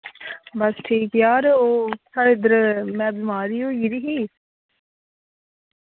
बस ठीक यार साढ़े इद्धर में बमार होई गेदी ही